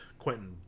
Quentin